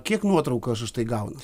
kiek nuotraukų aš už tai gaunu